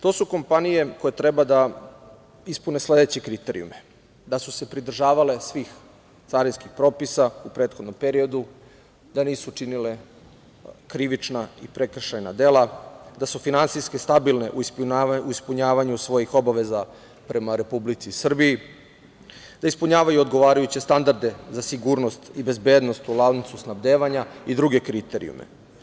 To su kompanije koje treba da ispune sledeće kriterijume: da su se pridržavale svih carinskih propisa u prethodnom periodu, da nisu činile krivična i prekršajna dela, da su finansijski stabilne u ispunjavanju svojih obaveza prema Republici Srbiji, da ispunjavaju odgovarajuće standarde za sigurnost i bezbednost u lancu snabdevanja i druge kriterijume.